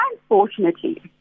Unfortunately